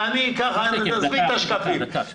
תעני בלי שקף.